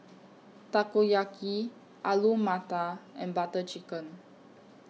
Takoyaki Alu Matar and Butter Chicken